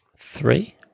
three